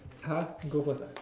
!huh! go first ah